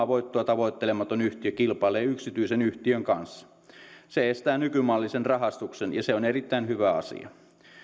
voittoa tavoittelematon yhtiö kilpailee yksityisen yhtiön kanssa se estää nykymallisen rahastuksen ja se on erittäin hyvä asia